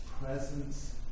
presence